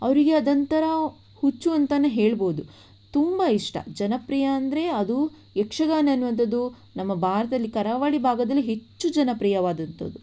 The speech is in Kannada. ಅವರಿಗೆ ಅದೊಂಥರ ಹುಚ್ಚು ಅಂತಲೇ ಹೇಳಬಹುದು ತುಂಬ ಇಷ್ಟ ಜನಪ್ರಿಯ ಅಂದರೆ ಅದು ಯಕ್ಷಗಾನ ಅನ್ನುವಂಥದ್ದು ನಮ್ಮ ಭಾರತದಲ್ಲಿ ಕರಾವಳಿ ಭಾಗದಲ್ಲಿ ಹೆಚ್ಚು ಜನಪ್ರಿಯವಾದದ್ದು ಅದು